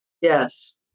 Yes